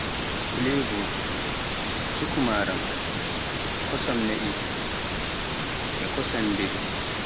kilebo, cukumaaram, kosan na'e e kosan be'i.